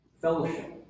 fellowship